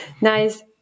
Nice